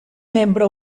membre